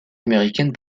américaine